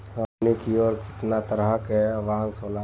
हमनी कियोर कितना तरह के बांस होला